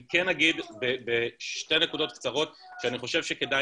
אני כן אגיד בשתי נקודות קצרות שאני חושב שכדאי